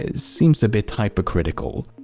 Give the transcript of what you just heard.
ah seems a bit hypocritical.